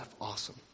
Awesome